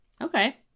Okay